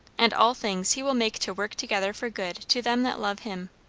and all things he will make to work together for good to them that love him